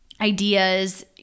ideas